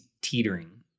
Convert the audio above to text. teetering